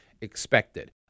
expected